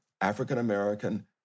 African-American